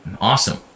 awesome